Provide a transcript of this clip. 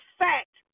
fact